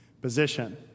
position